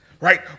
right